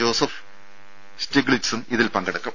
Joseph സ്റ്റിഗ്ലിറ്റ്സും ഇതിൽ പങ്കെടുക്കും